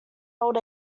old